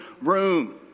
room